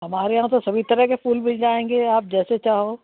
हमारे यहाँ तो सभी तरह के फूल मिल जाएँगे आप जैसे चाहो